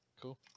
Cool